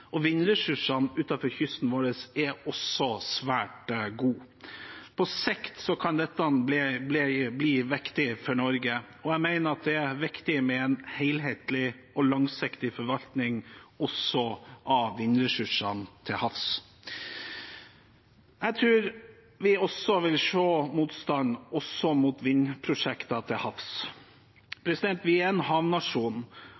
og vindressursene utenfor kysten vår er svært gode. På sikt kan dette bli viktig for Norge, og jeg mener at det er viktig med en helhetlig og langsiktig forvaltning også av vindressursene til havs. Jeg tror vi vil se motstand også mot vindprosjekter til havs.